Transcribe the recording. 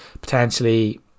potentially